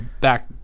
back